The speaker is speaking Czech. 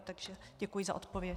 Takže děkuji za odpověď.